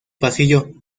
pasillo